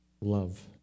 Love